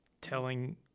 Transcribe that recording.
telling